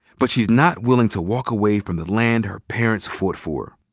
but she's not willing to walk away from the land her parents fought for,